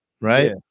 right